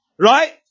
Right